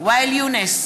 ואאל יונס,